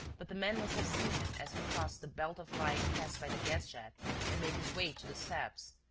but the man must have seen him as he crossed the belt of light cast by the gas-jet and made his way to the steps,